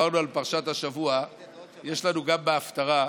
דיברנו על פרשת השבוע, יש לנו גם בהפטרה.